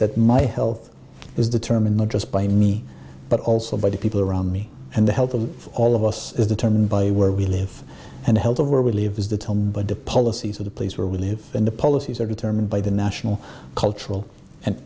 that my health is determined not just by me but also by the people around me and the health of all of us is determined by where we live and health of where we live is the time but the policies of the place where we live and the policies are determined by the national cultural and